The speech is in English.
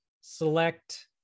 select